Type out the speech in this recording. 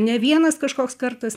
ne vienas kažkoks kartas